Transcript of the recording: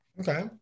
Okay